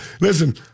Listen